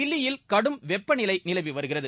தில்லியில் கடும் வெப்பநிலை நிலவி வருகிறது